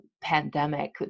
pandemic